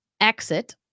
exit